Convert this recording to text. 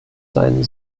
seinen